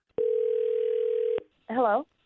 Hello